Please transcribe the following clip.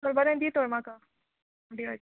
चल बोरें दी तो म्हाका